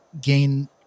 gain